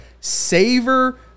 Savor